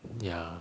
ya